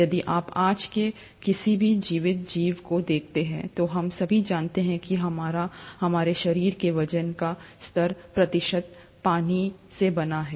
यदि आप आज के किसी भी जीवित जीव को देखते हैं तो हम सभी जानते हैं कि हमारा हमारे शरीर के वजन का सत्तर प्रतिशत पानी से बना है